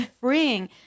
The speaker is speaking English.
freeing